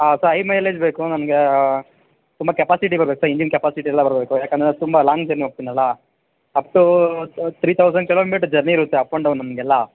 ಹಾಂ sir high mileage ಬೇಕು ನನಗೆ ತುಂಬ ಕೆಪಾಸಿಟಿ ಬರಬೇಕು ಸರ್ ಇಂಜಿನ್ ಕೆಪಾಸಿಟಿ ಎಲ್ಲ ಬರಬೇಕು ಯಾಕೆಂದರೆ ಅದು ತುಂಬ ಲಾಂಗ್ ಜರ್ನಿ ಹೋಗ್ತೀನಲ್ಲ up to three thousand kilometre journey ಇರುತ್ತೆ ಅಪ್ ಆಂಡ್ ಡೌನ್ ನಮಗೆಲ್ಲ